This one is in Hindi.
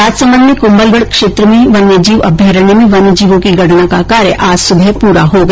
राजसमन्द में कुंभलगढ क्षेत्र में वन्य जीव अभ्यारण्य में वन्य जीवों की गणना का कार्य आज सुबह पूरा हो गया